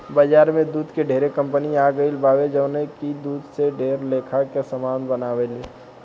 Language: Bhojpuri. बाजार में दूध के ढेरे कंपनी आ गईल बावे जवन की दूध से ढेर लेखा के सामान बनावेले